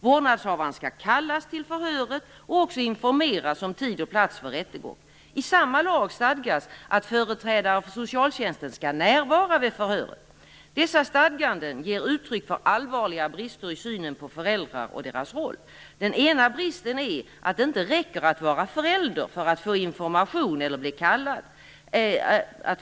Vårdnadshavaren skall kallas till förhöret och också informeras om tid och plats för rättegången. I samma lag stadgas att företrädare för socialtjänsten skall närvara vid förhöret. Dessa stadganden ger uttryck för allvarliga brister i synen på föräldrar och deras roll. Den första bristen är att det inte räcker att vara förälder för att få information eller bli kallad.